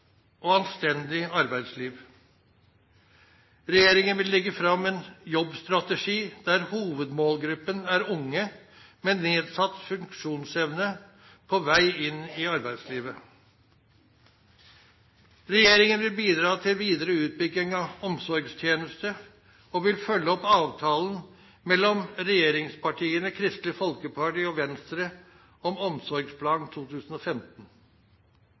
og anstendig arbeidsliv. Regjeringen vil legge fram en jobbstrategi der hovedmålgruppen er unge med nedsatt funksjonsevne på vei inn i arbeidslivet. Regjeringen vil bidra til videre utbygging av omsorgstjenestene, og vil følge opp avtalen mellom regjeringspartiene, Kristelig Folkeparti og Venstre om Omsorgsplan 2015.